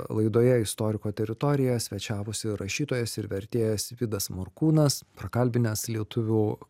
laidoje istoriko teritorijoje svečiavosi rašytojas ir vertėjas vidas morkūnas prakalbinęs lietuvių